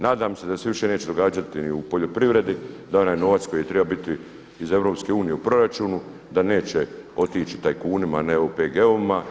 Nadam se da se više neće događati ni u poljoprivredi da onaj novac koji je trebao biti iz EU u proračunu da neće otići tajkunima, ne OPG-ovima.